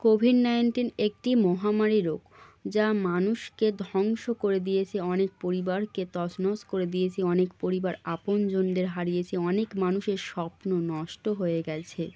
Covid nineteen একটি মহামারী রোগ যা মানুষকে ধ্বংস করে দিয়েছে অনেক পরিবারকে তছনছ করে দিয়েছে অনেক পরিবার আপনজনদের হারিয়েছে অনেক মানুষের স্বপ্ন নষ্ট হয়ে গেছে